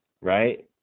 right